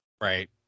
Right